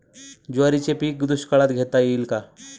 ज्वारीचे पीक दुष्काळात घेता येईल का?